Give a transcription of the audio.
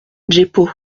jeppo